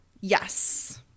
Yes